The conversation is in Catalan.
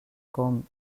com